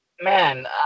man